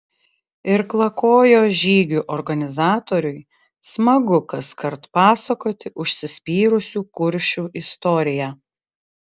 irklakojo žygių organizatoriui smagu kaskart pasakoti užsispyrusių kuršių istoriją